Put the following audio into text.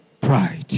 Pride